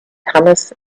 hummus